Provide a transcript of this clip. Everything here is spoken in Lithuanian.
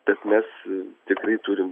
bet mes tikrai turim